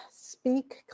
speak